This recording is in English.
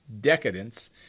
decadence